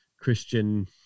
Christian